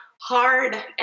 hard